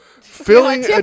filling